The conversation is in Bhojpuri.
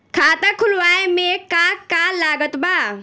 खाता खुलावे मे का का लागत बा?